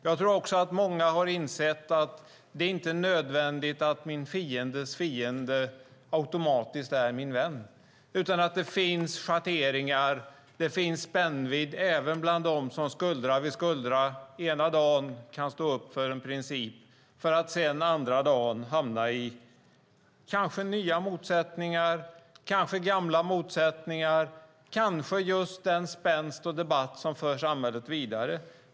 Jag tror också att många har insett att det inte är nödvändigt att min fiendes fiende automatiskt är min vän. Det finns schatteringar och spännvidd även bland dem som skuldra vid skuldra den ena dagen kan stå upp för en princip för att den andra dagen hamna i nya motsättningar, gamla motsättningar och kanske just i den spänst och debatt som för samhället vidare.